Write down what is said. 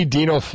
Dino